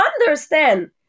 understand